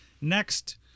Next